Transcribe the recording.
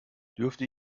dürfte